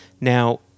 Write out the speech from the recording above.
Now